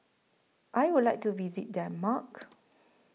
I Would like to visit Denmark